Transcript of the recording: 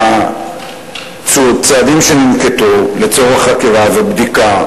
שהצעדים שננקטו לצורך חקירה ובדיקה,